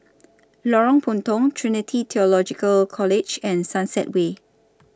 Lorong Puntong Trinity Theological College and Sunset Way